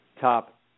top